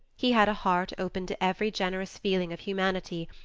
he had a heart open to every generous feeling of humanity,